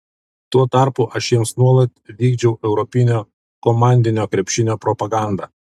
tuo tarpu aš jiems nuolat vykdžiau europinio komandinio krepšinio propagandą